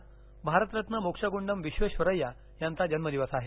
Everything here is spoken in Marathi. आज भारतरत्न मोक्षगुंडम विव्वेश्वरय्या यांचा जन्मदिवस आहे